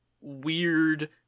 weird